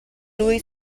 lui